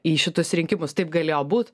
į šitus rinkimus taip galėjo būt